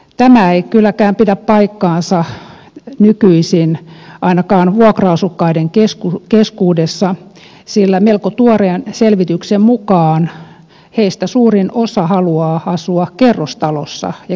tämä ei kylläkään pidä paikkaansa nykyisin ainakaan vuokra asukkaiden keskuudessa sillä melko tuoreen selvityksen mukaan heistä suurin osa haluaa asua kerrostalossa ja keskellä kaupunkia